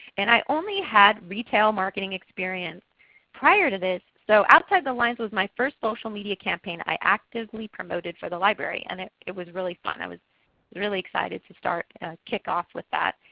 and i only had retail marketing experience prior to this. so outside the lines was my first social media campaign that i actively promoted for the library and it it was really fun. i was really excited to start a kick off with that.